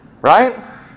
Right